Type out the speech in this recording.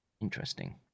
Interesting